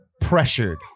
pressured